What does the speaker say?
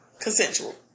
consensual